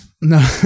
no